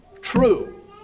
true